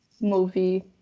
movie